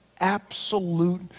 absolute